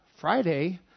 Friday